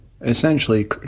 essentially